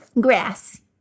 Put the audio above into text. Grass